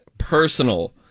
personal